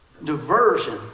Diversion